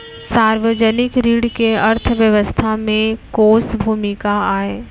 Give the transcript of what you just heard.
सार्वजनिक ऋण के अर्थव्यवस्था में कोस भूमिका आय?